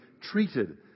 treated